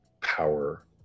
power